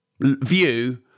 view